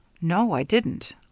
no, i didn't.